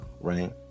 Right